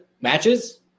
matches